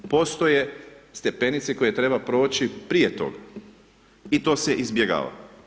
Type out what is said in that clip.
Postoje stepenice koje treba proći prije toga i to se izbjegava.